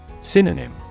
Synonym